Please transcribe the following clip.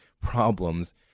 problems